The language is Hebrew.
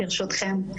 ברשותכם.